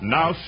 Now